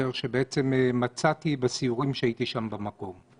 שבעצם מצאתי בסיורים שהייתי שם במקום.